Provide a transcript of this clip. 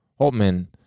Holtman